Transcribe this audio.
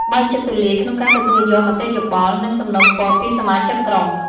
បើកចិត្តទូលាយក្នុងការទទួលយកមតិយោបល់ និងសំណូមពរពីសមាជិកក្រុម។